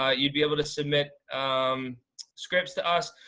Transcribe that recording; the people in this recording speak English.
ah you'd be able to submit um scripts to us.